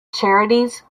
charities